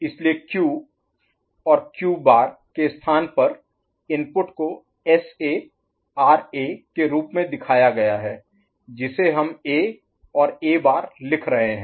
इसलिए Q और Q बार के स्थान पर इनपुट को SA RA के रूप में दिखाया गया है जिसे हम A और A बार लिख रहे हैं